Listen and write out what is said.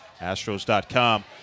astros.com